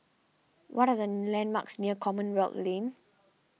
what are the landmarks near Commonwealth Lane